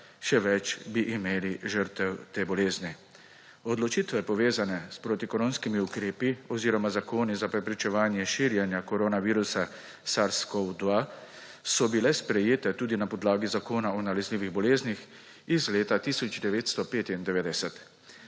še več bi imeli žrtev te bolezni. Odločitve, povezane s protikoronskimi ukrepi oziroma zakoni za preprečevanje širjenja koronavirusa SARS-CoV-2, so bile sprejete tudi na podlagi Zakona o nalezljivih boleznih iz leta 1995.